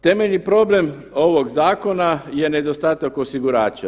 Temeljni problem ovog zakona je nedostatak osigurača.